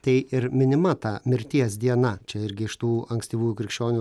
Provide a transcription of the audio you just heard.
tai ir minima ta mirties diena čia irgi iš tų ankstyvųjų krikščionių